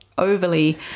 overly